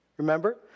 Remember